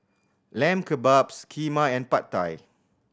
Lamb Kebabs Kheema and Pad Thai